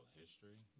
history